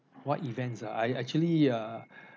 what events ah I actually err